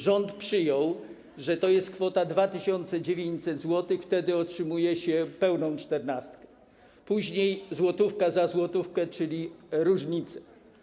Rząd przyjął, że to jest kwota 2900 zł, wtedy otrzymuje się pełną czternastkę, a później złotówka za złotówkę, czyli różnicę.